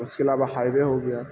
اس کے علاوہ highway ہو گیا